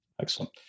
Excellent